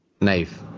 Knife